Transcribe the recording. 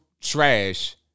trash